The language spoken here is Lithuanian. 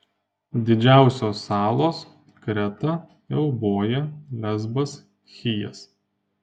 didžiausios salos kreta euboja lesbas chijas